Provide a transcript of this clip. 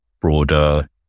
broader